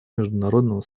международного